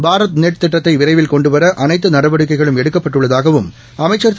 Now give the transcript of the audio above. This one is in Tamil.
பாரத் நெட் திட்டத்தை விரைவில் கொண்டுவர அனைத்து நடவடிக்கைகளும் எடுக்கப்பட்டுள்ளதாகவும் அமைச்சர் திரு